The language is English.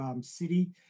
city